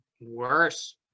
Worse